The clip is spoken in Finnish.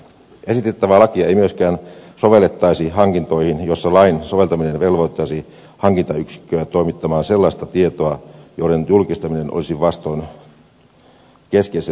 esitettävää lakia ei myöskään sovellettaisi hankintoihin joissa lain soveltaminen velvoittaisi hankintayksikköä toimittamaan sellaista tietoa jonka julkistaminen olisi vastoin keskeisiä turvallisuusetuja